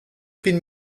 bin